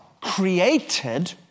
created